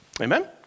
Amen